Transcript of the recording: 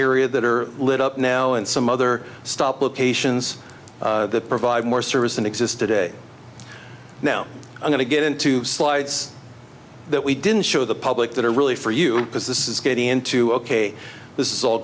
area that are lit up now and some other stop locations that provide more service and exist today now i'm going to get into slides that we didn't show the public that are really for you because this is getting into ok this is all